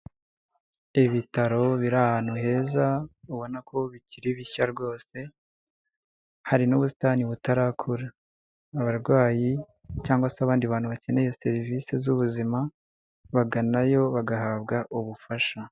Ibitaro biri ahantu heza ubona ko bikiri bishya rwose, hari n'ubusitani butarakura, abarwayi cyangwa se abandi bantu bakeneye serivisi z'ubuzima baganayo bagahabwa ubufasha.